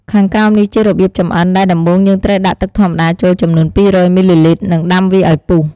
ខាងក្រោមនេះ ជារបៀបចម្អិន ដែលដំបូងយើងត្រូវដាក់ទឹកធម្មតាចូលចំនួន២០០មីលីលីត្រ និងដាំវាឱ្យពុះ។